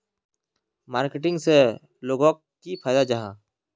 Marketing से लोगोक की फायदा जाहा?